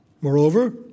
Moreover